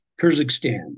Kyrgyzstan